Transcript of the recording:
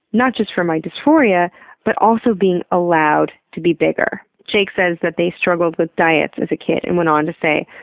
not just for my dysphoria but also being allowed to be bigger. jake says that they struggled with diets as a kid and went on to say,